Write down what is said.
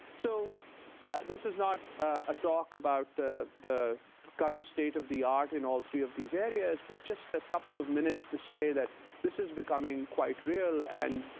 so this is not a talk about the the current state of the art in all three of these areas, but just a couple of minutes to say that this is becoming quite real and,